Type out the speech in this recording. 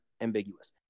ambiguous